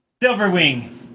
Silverwing